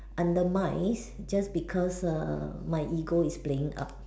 undermine just because err my ego is playing up